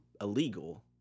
illegal